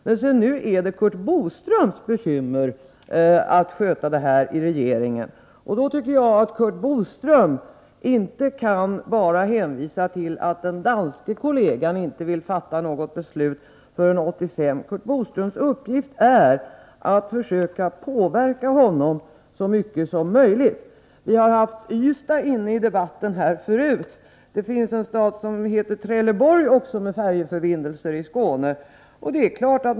Men nu är det Curt Boströms bekymmer = Nr 65 att sköta denna fråga i regeringen. Då tycker jag att Curt Boström inte bara Måndagen den kan hänvisa till att den danske kollegan inte vill fatta något beslut förrän 23 januari 1984 1985. Curt Boströms uppgift är att försöka påverka honom så mycket som möjligt. Vi har förut nämnt Ystad i debatten. Det finns en stad som heter Trelleborg också och som ligger i Skåne och har färjeförbindelser med utlandet.